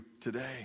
today